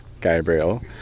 Gabriel